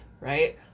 right